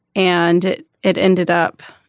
and it ended up